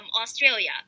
Australia